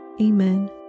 Amen